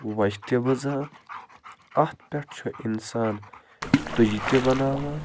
وَچہٕ تہِ بُزان اَتھ پٮ۪ٹھ چھُ اِنسان تُجہٕ تہِ بناوان